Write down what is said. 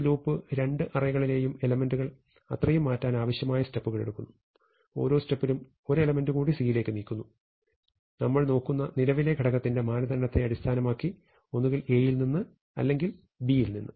ഈ ലൂപ്പ് രണ്ടു അറേകളിലെയും എലെമെന്റുകൾ അത്രയും മാറ്റാൻ ആവശ്യമായ സ്റ്റെപ്പുകൾ എടുക്കുന്നു ഓരോ സ്റെപ്പിലും ഒരു എലെമെന്റ് കൂടി C യിലേക്ക് നീക്കുന്നു നമ്മൾ നോക്കുന്ന നിലവിലെ ഘടകത്തിന്റെ മാനദണ്ഡത്തെ അടിസ്ഥാനമാക്കി ഒന്നുകിൽ A യിൽനിന്ന് അല്ലെങ്കിൽ B യിൽനിന്ന്